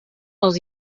les